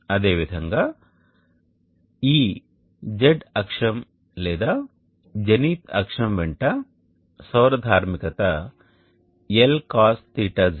అదే విధంగా ఈ Z అక్షం లేదా జెనిత్ అక్షం వెంట సౌర ధార్మికత Lcosθz